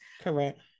correct